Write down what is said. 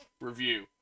review